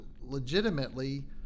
legitimately